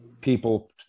people